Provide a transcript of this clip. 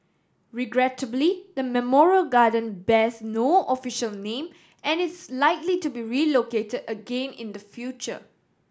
regrettably the memorial garden bears no official name and is likely to be relocated again in the future